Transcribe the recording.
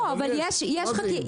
אבל יש, מה זה אם?